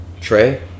Trey